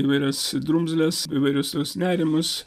įvairias drumzles įvairius tuos nerimus